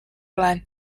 olen